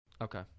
Okay